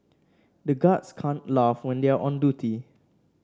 the guards can't laugh when they are on duty